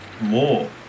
more